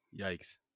Yikes